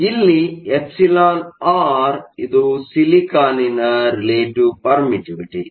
ಇಲ್ಲಿ εr ಇದು ಸಿಲಿಕಾನ್ ನ್ ರಿಲೇಟಿವ್ ಪರ್ಮಿಟ್ಟಿವಿಟಿ